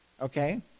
okay